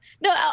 No